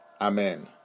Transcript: Amen